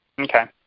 Okay